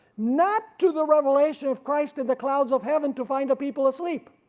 not to the revelation of christ in the clouds of heaven to find a people asleep.